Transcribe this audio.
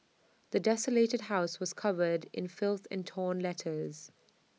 the desolated house was covered in filth and torn letters